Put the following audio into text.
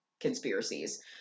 conspiracies